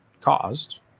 caused